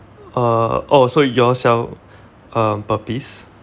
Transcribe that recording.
uh oh so you all sell um per piece